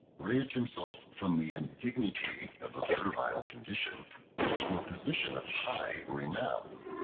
raised himself from the indignity of a servile condition to a position of high renown.